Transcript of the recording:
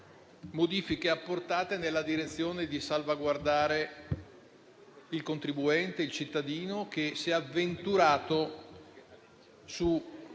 sono state apportate nella direzione di salvaguardare i contribuenti e il cittadino che si è avventurato su